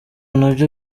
nabyo